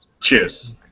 Cheers